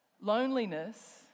Loneliness